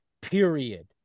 period